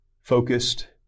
focused